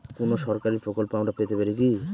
কোন সরকারি প্রকল্প আমরা পেতে পারি কি?